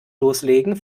loslegen